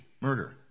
murder